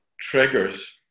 triggers